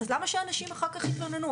אז למה שאנשים אחר כך יתלוננו?